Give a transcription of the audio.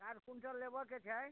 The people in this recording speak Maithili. चारि क्विन्टल लेबऽके छै